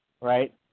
Right